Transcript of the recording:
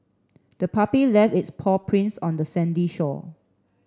the puppy left its paw prints on the sandy shore